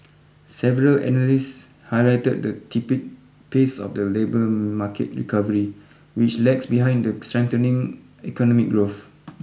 several analysts highlighted the tepid pace of the labour market recovery which lags behind the strengthening economic growth